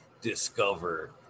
discover